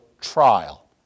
trial